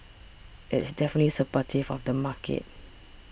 it's definitely supportive of the market